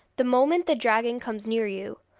the moment the dragon comes near you,